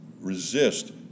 resist